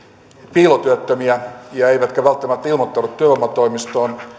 piilotyöttömiä eivätkä välttämättä ilmoittaudu työvoimatoimistoon